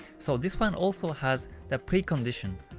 so this one also has the precondition.